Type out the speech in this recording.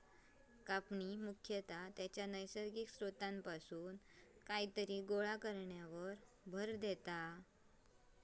कापणी मुख्यतः त्याच्या नैसर्गिक स्त्रोतापासून कायतरी गोळा करण्यावर भर देता